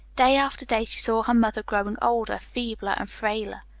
day after day she saw her mother growing older, feebler, and frailer.